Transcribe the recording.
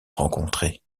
rencontrée